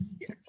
Yes